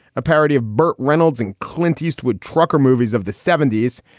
a parody of burt reynolds and clint eastwood trucker movies of the seventy s.